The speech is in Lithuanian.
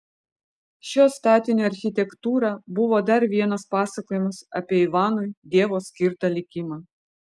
šio statinio architektūra buvo dar vienas pasakojimas apie ivanui dievo skirtą likimą